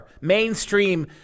mainstream